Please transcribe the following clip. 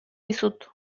dizut